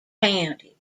county